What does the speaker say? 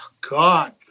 god